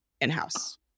in-house